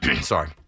Sorry